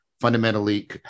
fundamentally